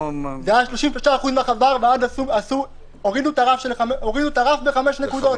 זה היה 33% מעבר, והורידו את הרף בחמש נקודות.